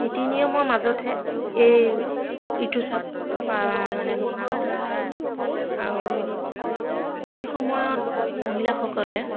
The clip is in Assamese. নীতি নিয়মৰ মাজতহে এই ঋতুস্ৰাৱ মানে মনা হয় আৰু সেই সময়ত মহিলাসকলে